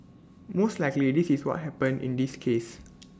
most likely this is what happened in this case